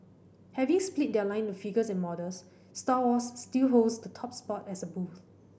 having split their line into figures and models Star Wars still holds the top spot as a booth